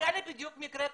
לי בדיוק מקרה כזה,